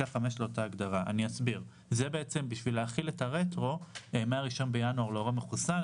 זה בעצם בשביל להחיל את הרטרו החל מה-1 בינואר על ההורה המחוסן.